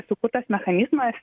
sukurtas mechanizmas